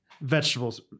vegetables